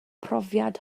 profiad